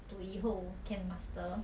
to 以后 can master